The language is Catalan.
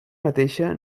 mateixa